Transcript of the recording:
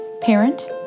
parent